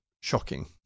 shocking